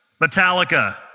Metallica